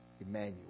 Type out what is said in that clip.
Emmanuel